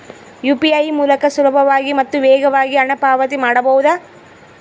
UPI ಮೂಲಕ ಸುಲಭವಾಗಿ ಮತ್ತು ವೇಗವಾಗಿ ಹಣ ಪಾವತಿ ಮಾಡಬಹುದಾ?